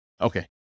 Okay